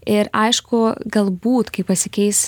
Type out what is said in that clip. ir aišku galbūt kai pasikeis